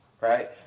right